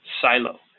silo